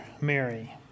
Mary